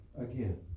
again